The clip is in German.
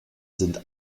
sind